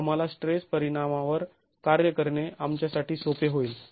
आंम्हाला स्ट्रेस परिणामावर कार्य करणे आमच्यासाठी सोपे होईल